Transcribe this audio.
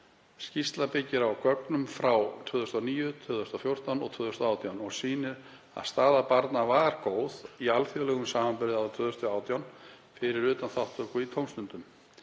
Skýrslan byggir á gögnum frá 2009, 2014 og 2018 og sýnir að staða barna var góð í alþjóðlegum samanburði árið 2018 fyrir utan þátttöku í tómstundum.